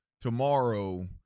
tomorrow